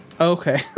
Okay